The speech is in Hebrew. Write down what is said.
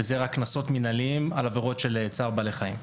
וזה רק קנסות מנהליים על עבירות של צער בעלי חיים.